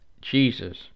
Jesus